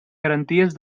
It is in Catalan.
garanties